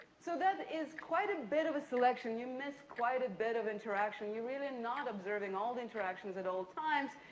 so, that is quite a bit of a selection. you miss quite a bit of interaction. you're really not observing all interactions at all times.